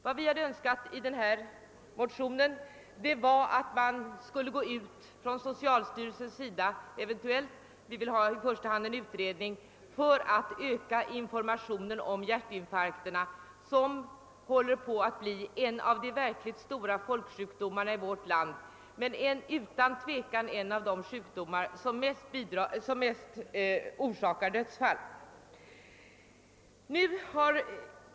Vad vi ville få till stånd med vårt motionspar var 1 första hand ökad information om hjärtinfarkterna, som håller på att bli en av de verkligt stora folksjukdomarna i vårt land. Utan tvivel är hjärtinfarkt en av de sjukdomar som orsakar flest dödsfall.